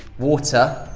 water.